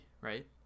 right